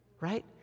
right